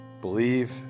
Believe